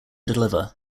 deliver